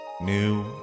new